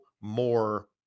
more